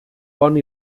pon